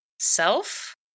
self